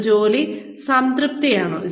ഇത് ജോലി സംതൃപ്തിയാണോ